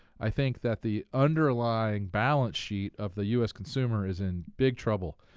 i think that the underlying balance sheet of the u s. consumer is in big trouble.